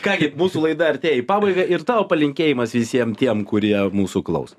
ką gi mūsų laida artėja į pabaigą ir tavo palinkėjimas visiem tiem kurie mūsų klauso